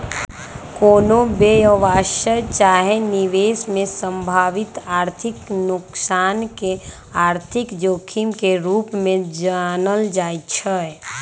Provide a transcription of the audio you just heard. कोनो व्यवसाय चाहे निवेश में संभावित आर्थिक नोकसान के आर्थिक जोखिम के रूप में जानल जाइ छइ